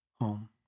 home